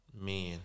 Men